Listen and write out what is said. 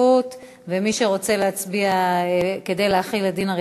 מי שרוצה להצביע כדי להחיל את דין הרציפות,